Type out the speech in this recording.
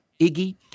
Iggy